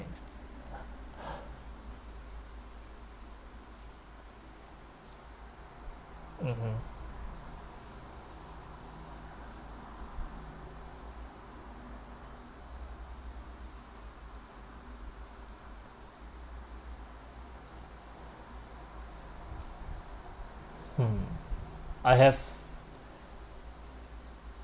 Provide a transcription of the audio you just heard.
mmhmm mm I have